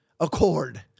accord